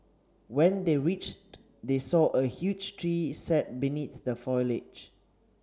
when they reached they saw a huge tree sat beneath the foliage